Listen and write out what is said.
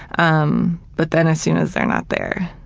um but then as soon as they're not there,